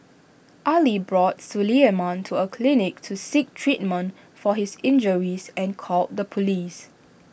Ali brought Suleiman to A clinic to seek treatment for his injuries and called the Police